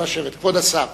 כבוד השר.